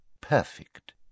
perfect